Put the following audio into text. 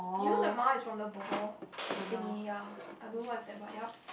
you the mine is from the ball ball thingy ya I don't know what's that but yep